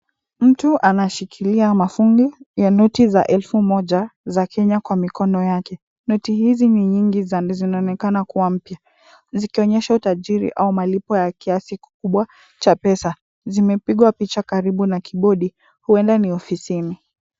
Mtu anashikilia mafungi ya noti za elfu moja za Kenya kwa mikono yake. Noti hizi ni nyingi na zinaonekana kuwa mpya, zikionyesha utajiri au malipo ya kiasi kikubwa cha pesa. Zimepigwa picha karibu na kibodi, huenda ni ofisini.